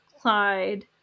clyde